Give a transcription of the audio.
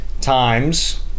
times